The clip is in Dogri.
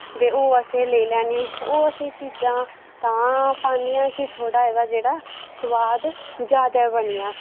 ते ओह् असैं लेई लैनी ओह् असें चीज़ां तां पाने आं कि थोह्ड़ा एह्दा जेह्ड़ा स्वाद जादै बनी जा